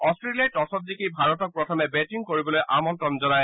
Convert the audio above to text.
অট্টেলিয়াই টছত জিকি ভাৰতক প্ৰথমে বেটিং কৰিবলৈ আমন্ত্ৰণ জনায়